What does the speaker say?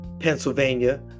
Pennsylvania